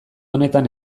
honetan